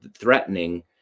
threatening